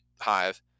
hive